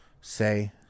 say